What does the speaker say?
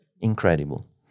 Incredible